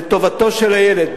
לטובתו של הילד,